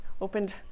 opened